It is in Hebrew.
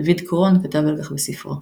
דוד קרון כתב על כך בספרו